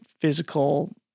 physical